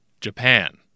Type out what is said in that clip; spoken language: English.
Japan